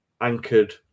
anchored